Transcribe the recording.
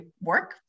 work